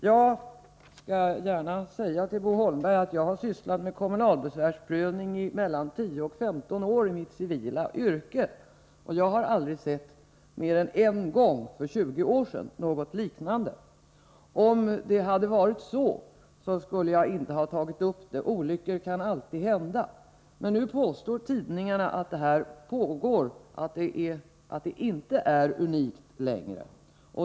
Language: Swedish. Jag vill gärna säga till Bo Holmberg att jag har sysslat med kommunalbesvärsprövning i 10—15 år i mitt civila yrke, och med undantag för ett fall som inträffade för 20 år sedan känner jag inte till något liknande. Om jag hade gjort det, skulle jag ändå inte ha väckt frågan — olyckor kan alltid hända. Men nu påstår tidningarna att ett fall som detta inte längre är unikt.